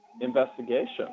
investigation